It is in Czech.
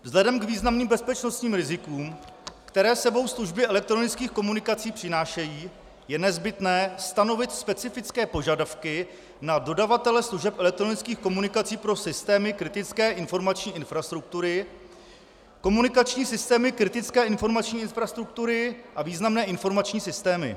Vzhledem k významným bezpečnostním rizikům, která s sebou služby elektronických komunikací přinášejí, je nezbytné stanovit specifické požadavky na dodavatele služeb elektronických komunikací pro systémy kritické informační infrastruktury, komunikační systémy kritické informační infrastruktury a významné informační systémy.